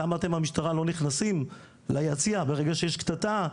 למה אתם המשטרה לא נכנסים ליציע ברגע שיש קטטה,